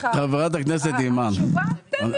התשובה שאני